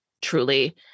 truly